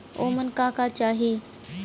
ओमन का का चाही?